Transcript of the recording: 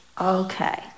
Okay